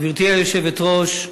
גברתי היושבת-ראש,